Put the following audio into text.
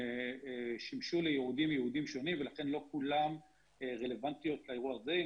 שמשו לייעודים שונים ולכן לא כולן רלוונטיות לאירוע הזה.